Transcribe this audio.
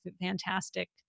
fantastic